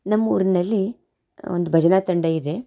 ನಮ್ಮೂರಿನಲ್ಲಿ ಒಂದು ಭಜನಾ ತಂಡ ಇದೆ